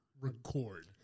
record